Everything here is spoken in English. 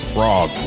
Frog